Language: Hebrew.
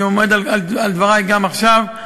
אני עומד על דברי גם עכשיו: